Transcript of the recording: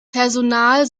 personal